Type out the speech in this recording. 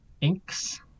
inks